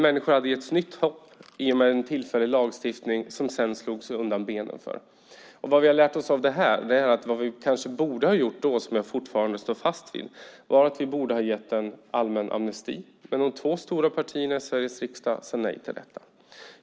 Människor hade getts nytt hopp i och med en tillfällig lagstiftning, men sedan slog man undan benen för detta. Vad vi har lärt av oss detta är att vi då kanske borde ha gett en allmän amnesti, vilket jag fortfarande står fast vid. Men de två stora partierna i Sveriges riksdag sade nej till detta.